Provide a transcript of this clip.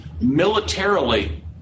militarily